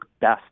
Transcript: best